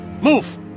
Move